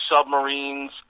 submarines